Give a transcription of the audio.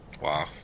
Wow